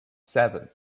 seven